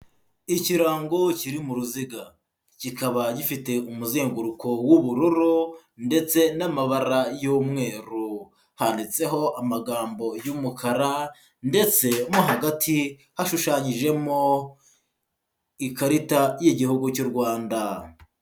Ikirango kiri mu ruziga. Kikaba gifite umuzenguruko w'ubururu ndetse n'amabara y'umweru. Handitseho amagambo y'umukara ndetse mo hagati hashushanyijemo ikarita y'igihugu cy'u Rwanda